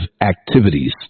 activities